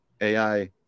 AI